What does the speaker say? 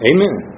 Amen